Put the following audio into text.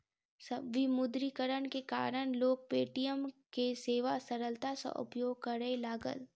विमुद्रीकरण के कारण लोक पे.टी.एम के सेवा सरलता सॅ उपयोग करय लागल